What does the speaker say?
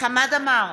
חמד עמאר,